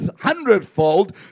hundredfold